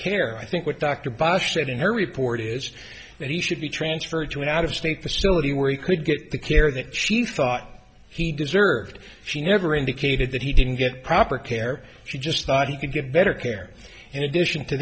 care i think what dr baf said in her report is that he should be transferred to an out of state facility where he could get the care that she thought he deserved she never indicated that he didn't get proper care she just thought he could get better care in addition to